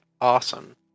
awesome